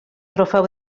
trofeu